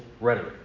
rhetoric